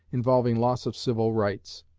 involving loss of civil rights.